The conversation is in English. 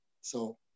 So-